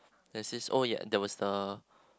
there's this oh ya there was the